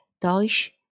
Deutsch